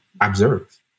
observe